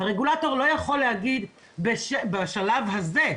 הרגולטור לא יכול להגיד בשלב הזה,